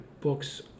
book's